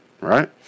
Right